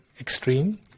extreme